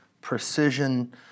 precision